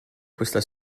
questa